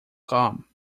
come